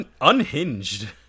Unhinged